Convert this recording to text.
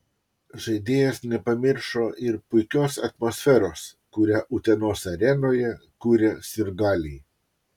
žaidėjas nepamiršo ir puikios atmosferos kurią utenos arenoje kuria sirgaliai